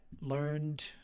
learned